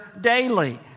daily